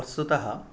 वस्तुतः